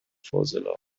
فاضلاب